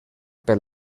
per